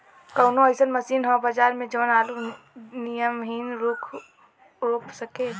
कवनो अइसन मशीन ह बजार में जवन आलू नियनही ऊख रोप सके?